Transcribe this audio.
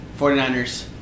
49ers